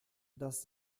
das